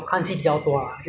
有些 anime ah